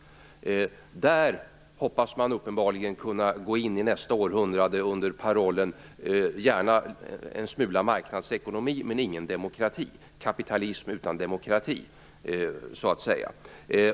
Där hoppas man uppenbarligen kunna gå in i nästa århundrade under parollen "gärna en smula marknadsekonomi men ingen demokrati" - kapitalism utan demokrati, så att säga.